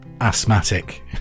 asthmatic